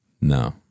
no